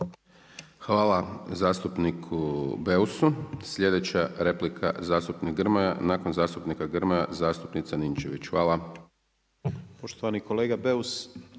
Hvala zastupniku Beusu. Slijedeća replika zastupnik Grmoja, nakon zastupnika Grmoja, zastupnica Ninčević. Hvala.